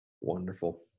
Wonderful